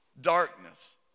Darkness